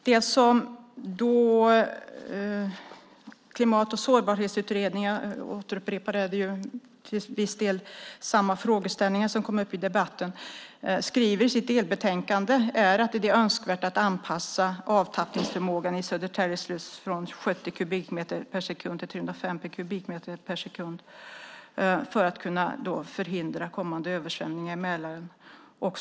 Det som Klimat och sårbarhetsutredningen - jag upprepar det, för det är till viss del samma frågeställningar som kommer upp i debatten - skriver i sitt delbetänkande är att det är önskvärt att anpassa avtappningsförmågan i Södertälje sluss från 70 kubikmeter per sekund till 350 kubikmeter per sekund för att kunna förhindra kommande översvämningar i Mälaren.